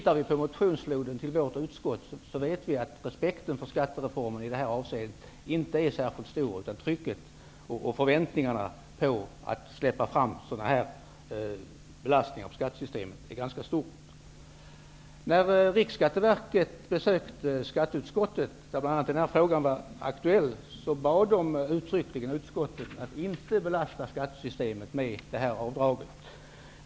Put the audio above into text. Av motionsfloden till vårt utskott framgår att respekten för skattereformen inte är särskilt stor. Trycket och förväntningarna på att släppa fram sådana här belastningar på skattesystemet är ganska omfattande. När representanter för Riksskatteverket besökte skatteutskottet var bl.a. denna fråga aktuell, och de bad uttryckligen utskottet att inte belasta skattesystemet med detta avdrag.